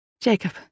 Jacob